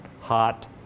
hot